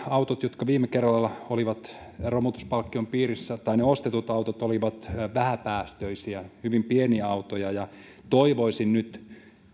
autot viime kerralla olivat romutuspalkkion piirissä ne ostetut autot olivat vähäpäästöisiä hyvin pieniä autoja toivoisin nyt